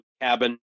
cabin